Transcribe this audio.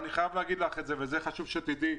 חשוב שתדעי,